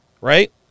right